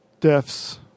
Deaths